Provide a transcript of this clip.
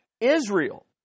Israel